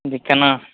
जे केना